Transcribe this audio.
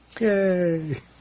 Yay